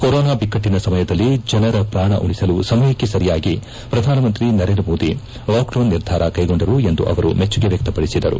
corona ಬಿಕ್ಕಟ್ಲಿನ ಸಮಯದಲ್ಲಿ ಜನರ ಪ್ರಾಣ ಉಳಿಸಲು ಸಮಯಕ್ಷೆ ಸರಿಯಾಗಿ ಪ್ರಧಾನಮಂತ್ರಿ ನರೇಂದ್ರ ಮೋದಿ ಲಾಕ್ಡೌನ್ ನಿರ್ಧಾರ ಕೈಗೊಂಡರು ಎಂದು ಅವರು ಮೆಚ್ಚುಗೆ ವ್ಯಕ್ಷಪಡಿಸಿದರು